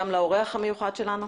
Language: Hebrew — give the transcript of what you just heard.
גם לאורח המיוחד שלנו.